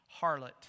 harlot